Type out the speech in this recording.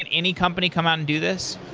and any company come out and do this?